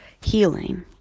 healing